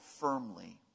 firmly